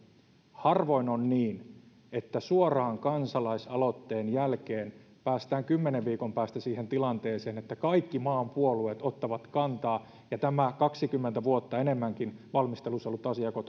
harvoin on niin että suoraan kansalaisaloitteen jälkeen päästään kymmenen viikon päästä siihen tilanteeseen että kaikki maan puolueet ottavat kantaa ja tämä kaksikymmentä vuotta enemmänkin valmistelussa ollut asia joko